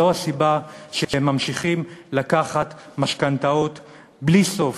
זו הסיבה שהם ממשיכים לקחת משכנתאות בלי סוף.